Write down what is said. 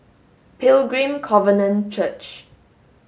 Pilgrim Covenant Church